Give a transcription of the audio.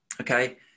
Okay